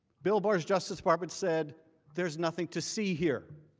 bill bars justice department said there is nothing to see here.